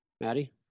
Maddie